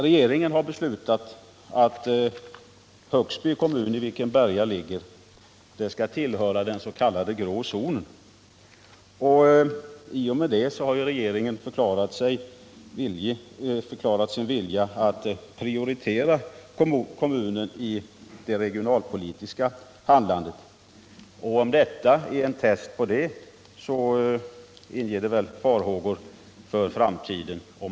Regeringen har beslutat att Högsby kommun, i vilken Berga ligger, skall tillhöra den s.k. grå zonen. I och med det har regeringen förklarat sin vilja att regionalpolitiskt prioritera kommunen. Men är detta ett exempel på det, så inger det farhågor för framtiden.